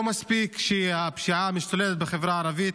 לא מספיק שהפשיעה משתוללת בחברה הערבית,